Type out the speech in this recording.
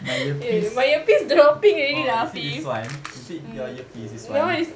my earpiece oh is it this one is it your earpiece this one